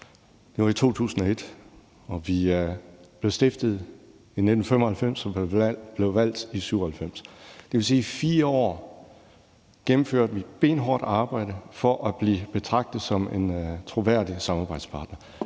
Det var i 2001, og vi blev stiftet i 1995 og blev valgt ind i 1997. Det vil sige, at vi i 4 år gennemførte benhårdt arbejde for at blive betragtet som en troværdig samarbejdspartner.